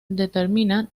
determina